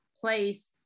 place